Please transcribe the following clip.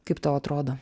kaip tau atrodo